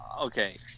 Okay